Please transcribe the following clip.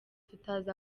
tutazi